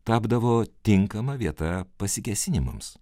tapdavo tinkama vieta pasikėsinimams